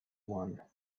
one